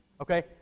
Okay